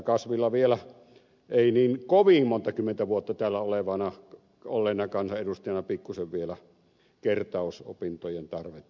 kasvilla vielä ei niin kovin monta kymmentä vuotta täällä olleena kansanedustajana pikkuisen kertausopintojen tarvetta